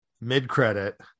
mid-credit